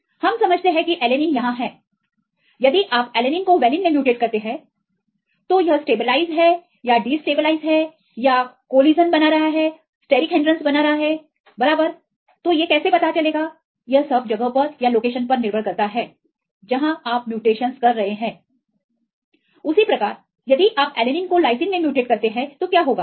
हम समझते हैं कि एलेनिन यहां हैयदि आप एलेनिन को वैलीन में म्यूटेट करते हैं तो यह स्टेबलाइज है या डिस्टेबलाइज या यह कोलिशन बना रहा है स्टेरिक हिंड्रंस बना रहा है बराबर तो यह सब जगह पर निर्भर करता है जहां आप म्यूटेशंस कर रहे हैं उसी प्रकार यदि आप एलेनिन को लाइसीन मे म्यूटेट करते हैं तो क्या होगा